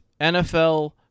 NFL